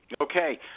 Okay